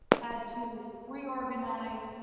had to reorganize,